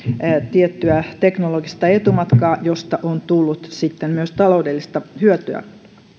tiettyä teknologista etumatkaa josta on sitten tullut myös taloudellista hyötyä